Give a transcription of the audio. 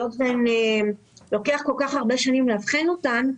היות ולוקח כל כך הרבה שנים לאבחן אותן,